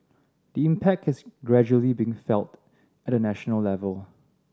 the impact is gradually being felt at the national level